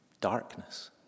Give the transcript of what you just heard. Darkness